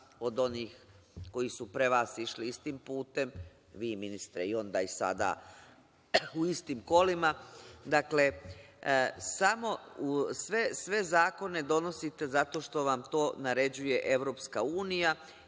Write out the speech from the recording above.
od onih koji su pre vas išli istim putem, vi ministre, i onda i sada u istim kolima. Dakle, sve zakone donosite zato što vam to naređuje EU i onda